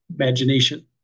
imagination